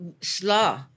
slaw